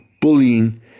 bullying